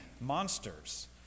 monsters